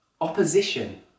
Opposition